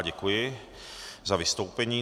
Děkuji za vystoupení.